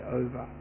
over